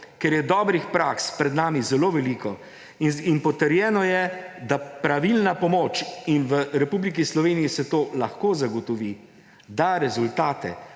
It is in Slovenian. ker je dobrih praks pred nami zelo veliko in potrjeno je, da pravilna pomoč ‒ in v Republiki Sloveniji se to lahko zagotovi ‒, da rezultate,